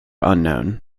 unknown